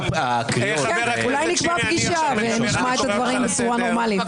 אולי נקבע פגישה ונשמע את הדברים בצורה נורמלית.